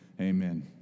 Amen